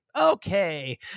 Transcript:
okay